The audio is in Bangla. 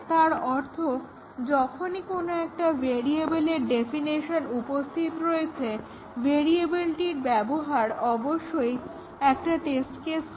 তার অর্থ যখনই কোনো একটা ভেরিয়েবলের ডেফিনেশন উপস্থিত রয়েছে ভেরিয়েবলটির ব্যবহার অবশ্যই একটা টেস্ট কেস হবে